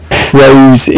pros